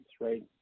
right